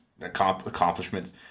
accomplishments